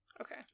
Okay